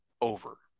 over